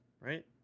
right